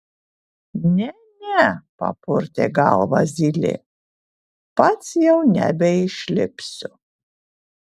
ne ne papurtė galvą zylė pats jau nebeišlipsiu